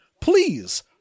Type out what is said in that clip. Please